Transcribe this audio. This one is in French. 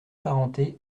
parenté